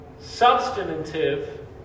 substantive